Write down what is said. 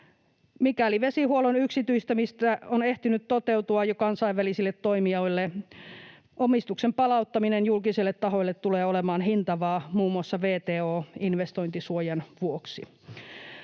Mikäli vesihuollon yksityistämistä on jo ehtinyt toteutua kansainvälisille toimijoille, omistuksen palauttaminen julkisille tahoille tulee olemaan hintavaa muun muassa WTO-investointisuojan vuoksi.